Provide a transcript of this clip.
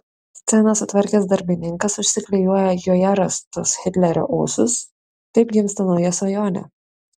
sceną sutvarkęs darbininkas užsiklijuoja joje rastus hitlerio ūsus taip gimsta nauja svajonė